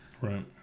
Right